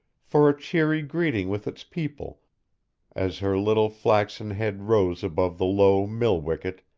for a cheery greeting with its people as her little flaxen head rose above the low mill-wicket,